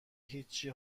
هیچی